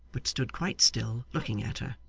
but stood quite still, looking at her.